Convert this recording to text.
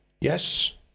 Yes